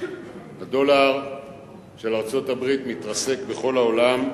הדולר של ארצות-הברית מתרסק בכל העולם,